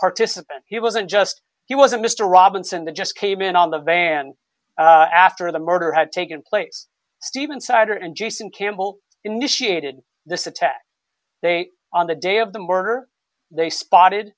participant he wasn't just he wasn't mr robinson that just came in on the van after the murder had taken place even sadder and jason campbell initiated this attack on the day of the murder they spotted